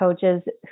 Coaches